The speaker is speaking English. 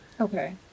okay